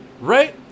Right